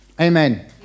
amen